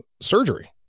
surgery